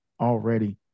already